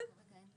מי ביקש לדבר?